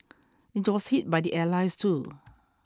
it was hit by the Allies too